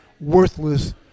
worthless